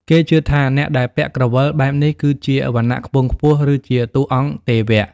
គេជឿថាអ្នកដែលពាក់ក្រវិលបែបនេះគឺជាវណ្ណៈខ្ពង់ខ្ពស់ ឬជាតួអង្គទេវៈ។